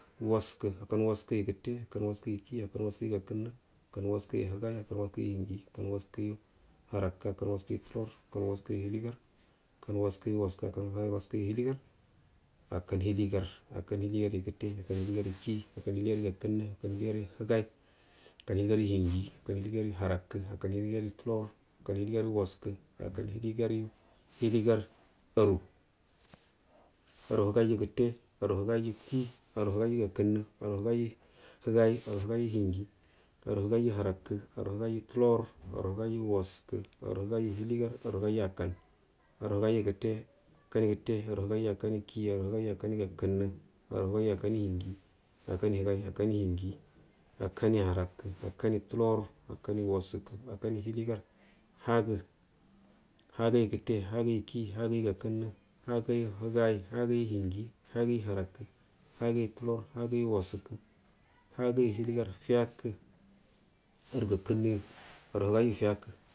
Waskə akkan waskəyu gətte akun waskə yu kii akan waskyu gakənnə akan wasky higai akan waskyu hinji akan wasky u harokə akan waskiyu tulor akan waskyu waskə akan waskəyu ballgar akau hiligar akan hiligargu gətte akau hiligargu kii akau hiligaryu gakənnaə akau hiligaryu higai akan hiliganyu hinji akan hiligaryu harakə akan hiligaryu tulor akan hiligarya waskə akau hiligaryu hiligar ara higai aru higaiyu gətte aru higaiyu kii aru higaigu ga kənnə aru higaiya higai aruhigaiyu hinji higaiyu waskə ara higaiyu hiligar aru higaiyu akkan aru higaiyu akanyu gətteə aru higaiyu akkanyu kii aru higeigu akkan yu gakkənnə ani higaiyu akkanyu higai ara higaiyu hinji aru higaiyu akanyu hankə aru higaiyu akamyu tulor aru higaiyu akanyu waskə aru higaiya akanyu holigar ara higaiya hagə hagəgu gətte hagəyu kii hagəyu gakunnə hagəyu higai hagəiye hinji hagəya harakə hagəyu tulor bagəyu waskə hagəyu hiligar fiyakə anagakənuəyu-aruhigaiya fiyakə.